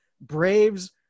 Braves